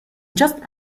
just